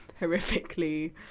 horrifically